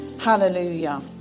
Hallelujah